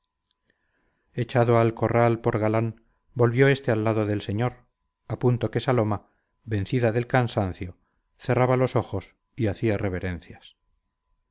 echado al corral por galán volvió este al lado del señor a punto que saloma vencida del cansancio cerraba los ojos y hacía reverencias